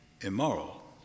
immoral